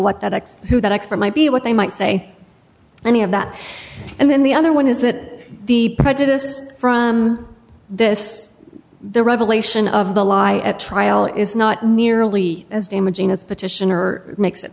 what that x who that expert might be what they might say any of that and then the other one is that the prejudice from this the revelation of the lie at trial is not nearly as damaging as petitioner makes it